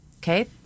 Okay